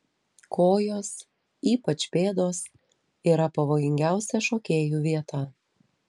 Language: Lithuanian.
kojos ypač pėdos yra pavojingiausia šokėjų vieta